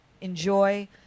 enjoy